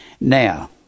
Now